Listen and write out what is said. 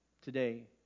Today